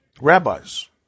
rabbis